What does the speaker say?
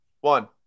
One